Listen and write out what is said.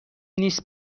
نیست